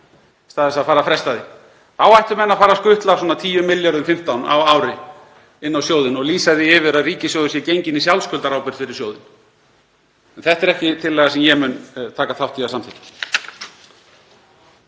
stað þess að fara að fresta því. Þá ættu menn að fara að skutla 10–15 milljörðum á ári inn á sjóðinn og lýsa því yfir að ríkissjóður sé genginn í sjálfskuldarábyrgð fyrir sjóðinn. En þetta er ekki tillaga sem ég mun taka þátt í að samþykkja.